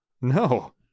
No